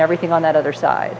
everything on that other side